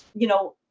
you know,